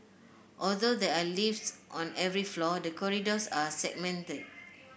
although there are lifts on every floor the corridors are segmented